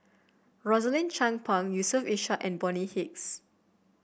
Rosaline Chan Pang Yusof Ishak and Bonny Hicks